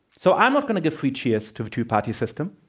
so, i'm not going to give free cheers to the two-party system.